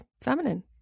feminine